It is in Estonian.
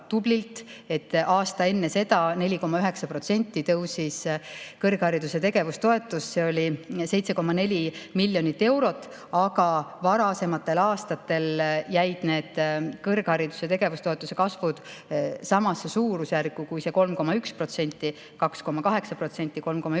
et aasta enne seda kasvas kõrghariduse tegevustoetus 4,9%, see oli 7,4 miljonit eurot, aga varasematel aastatel jäi kõrghariduse tegevustoetuse kasv samasse suurusjärku kui see 3,1%: 2,8%, 3,1%